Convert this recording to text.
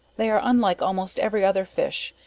they are unlike almost every other fish,